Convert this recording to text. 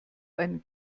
einen